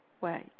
Wait